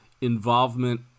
involvement